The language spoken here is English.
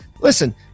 listen